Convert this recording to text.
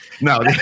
No